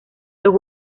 los